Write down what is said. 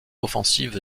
offensive